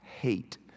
hate